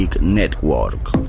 NETWORK